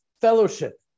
fellowship